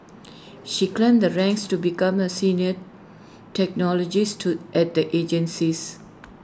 she climbed the ranks to become A senior technologists to at the agency's